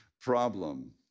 problem